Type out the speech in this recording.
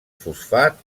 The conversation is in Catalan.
fosfat